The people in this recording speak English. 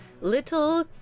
little